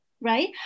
right